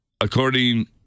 according